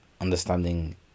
understanding